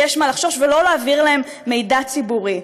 יש מה לחשוש ולא להעביר להן מידע ציבורי.